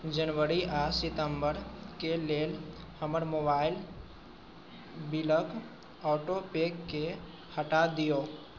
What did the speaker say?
जनवरी आ सितम्बरके लेल हमर मोबाइल बिलक ऑटो पेके हटा दिऔ